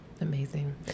amazing